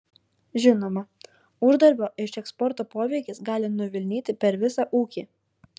žinoma uždarbio iš eksporto poveikis gali nuvilnyti per visą ūkį